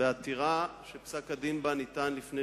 בעתירה שפסק-הדין בה ניתן לפני